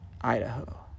Idaho